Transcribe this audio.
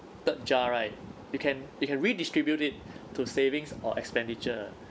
third jar right you can you can redistribute it to savings or expenditure